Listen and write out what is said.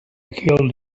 killed